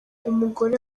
umugore